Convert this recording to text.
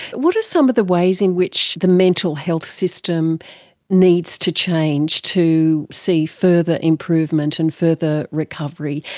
what are some of the ways in which the mental health system needs to change to see further improvement and further recovery?